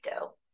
go